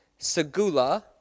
segula